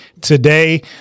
today